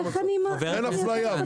אין אפליה.